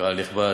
קהל נכבד,